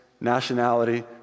nationality